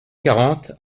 quarante